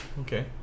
Okay